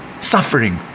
suffering